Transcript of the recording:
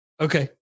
okay